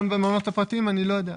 במעונות הפרטיים אני לא יודע,